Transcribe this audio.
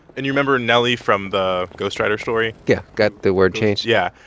and you remember nelly from the ghostwriter story? yeah got the word changed yeah.